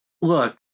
Look